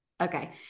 okay